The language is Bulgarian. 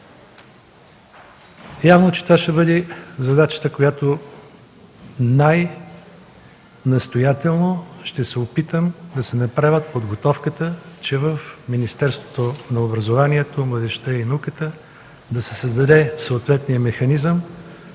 Явно е, че това ще бъде задачата, в която настоятелно ще опитам да се направи подготовката в Министерството на образованието, младежта и науката да се създаде съответният механизъм,